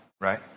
right